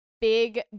big